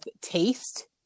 taste